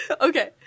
Okay